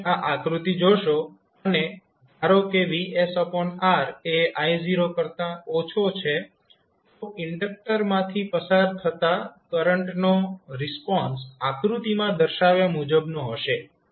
જો તમે આ આંકૃતિ જોશો અને ધારો કે VsR એ I0કરતાં ઓછો છે તો ઇન્ડક્ટર માંથી પસાર થતા કરંટનો રિસ્પોન્સ આકૃતિમાં દર્શાવ્યા મુજબનો હશે